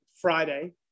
Friday